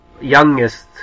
youngest